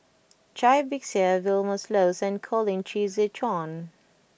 Cai Bixia Vilma Laus and Colin Qi Zhe Quan